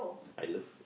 I love